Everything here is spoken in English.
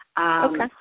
Okay